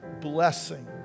blessing